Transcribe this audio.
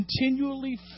continually